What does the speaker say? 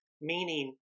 meaning